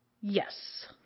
Yes